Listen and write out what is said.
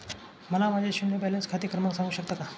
मला माझे शून्य बॅलन्स खाते क्रमांक सांगू शकता का?